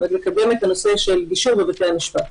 לקדם את הנושא של גישור בבתי המשפט.